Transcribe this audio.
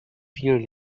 vielen